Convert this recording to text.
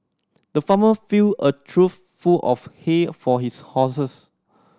the farmer filled a trough full of hay for his horses